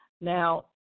now